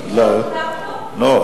לא,